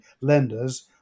lenders